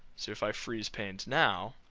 if i freeze panes now,